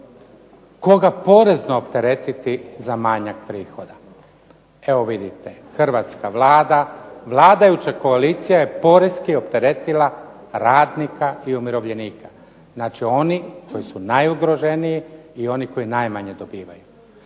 koga porezno opteretiti za manjak prihoda. Evo vidite hrvatska Vlada, vladajuća koalicija je poreski opteretila radnika i umirovljenika. Znači oni koji su najugroženiji i oni koji najmanje dobivaju.